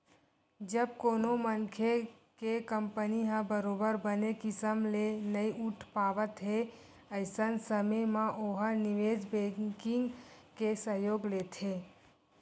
जब कोनो मनखे के कंपनी ह बरोबर बने किसम ले नइ उठ पावत हे अइसन समे म ओहा निवेस बेंकिग के सहयोग लेथे